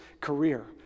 career